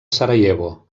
sarajevo